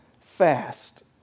fast